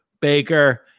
Baker